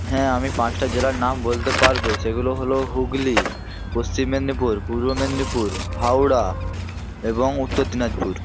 হ্যাঁ আমি পাঁচটা জেলার নাম বলতে পারব সেগুলো হল হুগলি পশ্চিম মেদিনীপুর পূর্ব মেদিনীপুর হাওড়া এবং উত্তর দিনাজপুর